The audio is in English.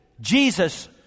Jesus